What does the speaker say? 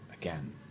again